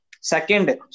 Second